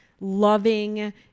loving